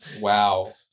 Wow